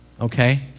okay